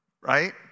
right